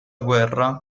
guerra